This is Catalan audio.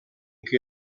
què